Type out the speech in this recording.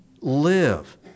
live